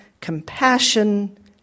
compassion